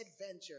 adventure